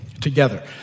together